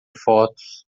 fotos